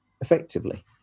effectively